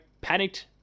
panicked